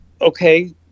okay